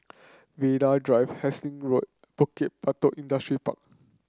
Vanda Drive Hasting Road and Bukit Batok Industrial Park